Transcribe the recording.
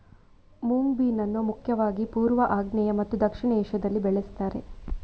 moong bean ಅನ್ನು ಮುಖ್ಯವಾಗಿ ಪೂರ್ವ, ಆಗ್ನೇಯ ಮತ್ತು ದಕ್ಷಿಣ ಏಷ್ಯಾದಲ್ಲಿ ಬೆಳೆಸ್ತಾರೆ